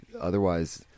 otherwise